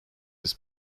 his